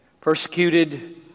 persecuted